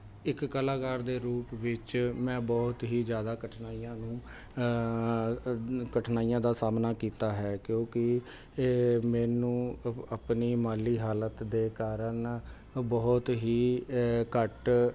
ਇੱਕ ਕਲਾਕਾਰ ਦੇ ਰੂਪ ਵਿੱਚ ਮੈਂ ਬਹੁਤ ਹੀ ਜ਼ਿਆਦਾ ਕਠਿਨਾਈਆਂ ਨੂੰ ਕਠਿਨਾਈਆਂ ਦਾ ਸਾਹਮਣਾ ਕੀਤਾ ਹੈ ਕਿਉਂਕਿ ਮੈਨੂੰ ਆਪਣੀ ਮਾਲੀ ਹਾਲਤ ਦੇ ਕਾਰਨ ਬਹੁਤ ਹੀ ਘੱਟ